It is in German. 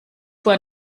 fuhr